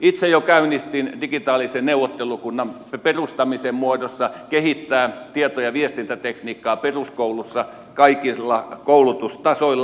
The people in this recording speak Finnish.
itse jo käynnistin digitaalisen neuvottelukunnan perustamisen muodossa tieto ja viestintätekniikan kehittämisen peruskoulussa kaikilla koulutustasoilla